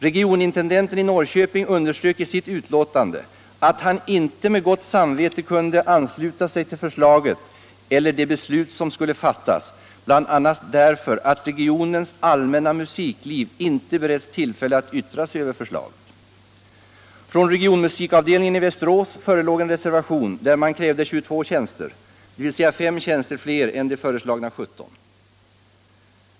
Regionintendenten i Norrköping underströk i sitt utlåtande att han inte med gott samvete kunde ansluta sig till förslaget eller det beslut som skulle fattas, bl.a. därför att ”regionens allmänna musikliv icke beretts tillfälle att yttra sig över förslaget”. Från regionmusikavdelningen i Västerås förelåg en reservation, där man krävde 22 tjänster, dvs. fem fler än de föreslagna 17 tjänsterna.